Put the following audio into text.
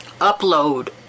upload